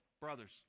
brothers